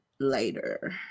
later